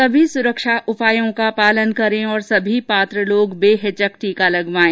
सभी सुरक्षा उपायों का पालन करें और सभी पात्र लोग बेहिचक टीका लगवाएं